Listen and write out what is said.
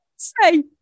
Say